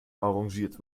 arrangiert